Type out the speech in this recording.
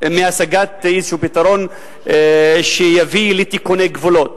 מהשגת איזה פתרון שיביא לתיקוני גבולות.